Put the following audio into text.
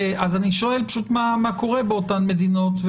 אז אני שואל מה קורה באותן מדינות.